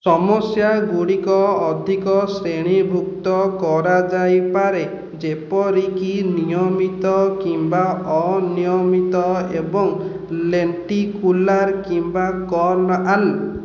ସମସ୍ୟାଗୁଡ଼ିକ ଅଧିକ ଶ୍ରେଣୀଭୁକ୍ତ କରାଯାଇପାରେ ଯେପରିକି ନିୟମିତ କିମ୍ବା ଅନିୟମିତ ଏବଂ ଲେଣ୍ଟିକୁଲାର୍ କିମ୍ବା କର୍ନିଆଲ୍